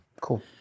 Cool